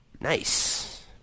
Nice